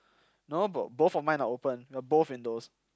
no bro both of mine are open the both and those